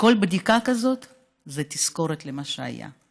כל בדיקה כזאת היא תזכורת למה שהיה.